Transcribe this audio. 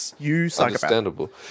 understandable